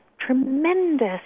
tremendous